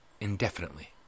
Indefinitely